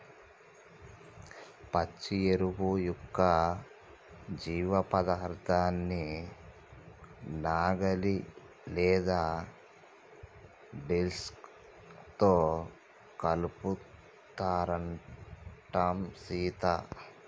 పచ్చి ఎరువు యొక్క జీవపదార్థాన్ని నాగలి లేదా డిస్క్ తో కలుపుతారంటం సీత